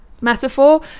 metaphor